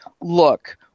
look